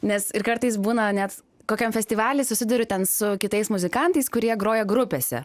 nes ir kartais būna net kokiam festivaly susiduriu ten su kitais muzikantais kurie groja grupėse